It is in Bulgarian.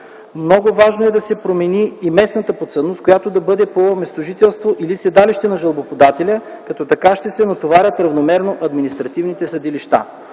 Много важно е да се промени и местната подсъдност, която да бъде по местожителство или седалище на жалбоподателя, като така ще се натоварят равномерно административните съдилища.